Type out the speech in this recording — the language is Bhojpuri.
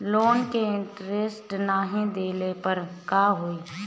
लोन के इन्टरेस्ट नाही देहले पर का होई?